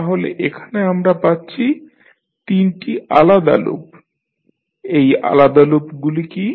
তাহলে এখানে আমরা পাচ্ছি তিনটি আলাদা লুপ এই আলাদা লুপগুলি কী